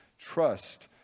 Trust